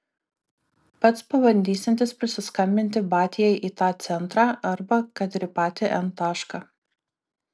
pats pabandysiantis prisiskambinti batiai į tą centrą arba kad ir į patį n tašką